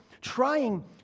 trying